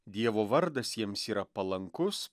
dievo vardas jiems yra palankus